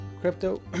crypto